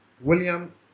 William